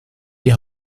die